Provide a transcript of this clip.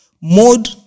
Mode